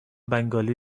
بنگالی